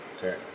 correct